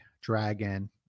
dragon